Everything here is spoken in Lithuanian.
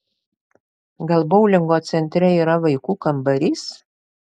gal boulingo centre yra vaikų kambarys